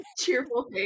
cheerful